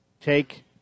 take